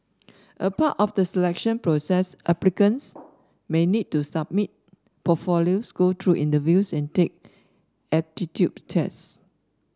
a part of the selection process applicants may need to submit portfolios go through interviews and take aptitude tests